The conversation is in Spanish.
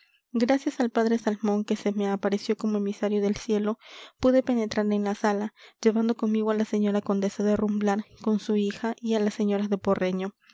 gracias al padre salmón que se me apareció como emisario del cielo pude penetrar en la sala llevando conmigo a la señora condesa de rumblar con su hija y a las señoras de porreño